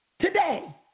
Today